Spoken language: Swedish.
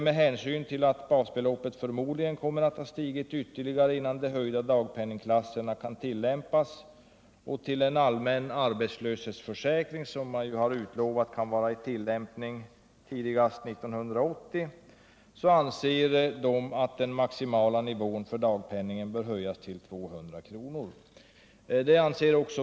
Med hänsyn till att basbeloppet förmodligen kommer att ha stigit ytterligare innan de höjda dagpenningklasserna kan tillämpas och då en allmän arbetslöshetsförsäkring, som man har utlovat, kan vara i tillämpning tidigast 1980, anser samorganisationen att den maximala nivån för dagpenningen bör höjas till 200 kr.